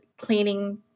cleaning